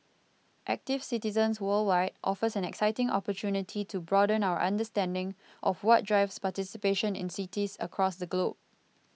active citizens worldwide offers an exciting opportunity to broaden our understanding of what drives participation in cities across the globe